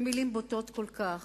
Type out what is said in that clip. במלים בוטות כל כך.